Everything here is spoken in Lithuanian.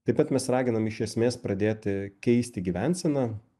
taip pat mes raginam iš esmės pradėti keisti gyvenseną